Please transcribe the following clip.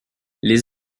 les